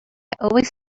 always